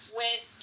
went